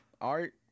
art